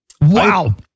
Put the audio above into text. Wow